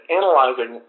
analyzing